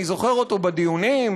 אני זוכר אותו בדיונים,